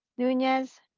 nunez,